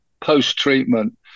post-treatment